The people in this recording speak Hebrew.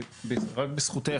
רק בזכותך,